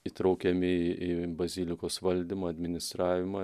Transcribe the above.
įtraukiami į bazilikos valdymą administravimą